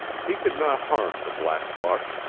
he could not harm the black buck,